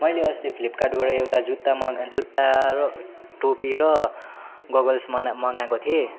मैले अस्ति फ्लिपकार्टबाट एउटा जुत्ता मगा जुत्ता र टोपी र गगल्स मना मगाएको थिएँ